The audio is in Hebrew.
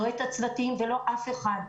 לא את הצוותים ולא אף אחד,